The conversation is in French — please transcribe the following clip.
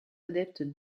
adepte